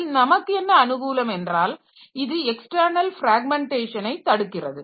இதில் நமக்கு என்ன அனுகூலம் என்றால் இது எக்ஸ்ட்டர்ணல் பிராக்மெண்டேஷனை தடுக்கிறது